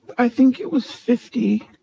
i think it was fifty.